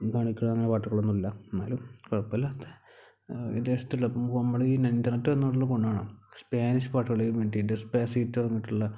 കാണിക്കുന്ന അങ്ങനെ പാട്ടുകളൊന്നും ഇല്ല എന്നാലും കുഴപ്പമില്ലാത്ത വിദേശത്തുള്ള ഇ നമ്മൾ ഈ ഇൻറർനെറ്റ് വന്നതുകൊണ്ടുള്ള ഗുണമാണ് സ്പാനിഷ് പാട്ടുകൾ മറ്റെ പറഞ്ഞിട്ടുള്ള